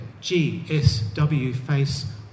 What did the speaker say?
G-S-W-FACE